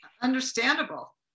Understandable